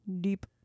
deep